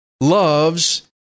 loves